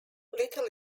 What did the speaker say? little